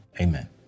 amen